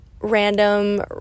random